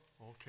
okay